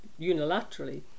unilaterally